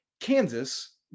Kansas